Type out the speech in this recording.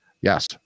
Yes